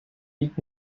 liegt